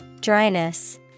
Dryness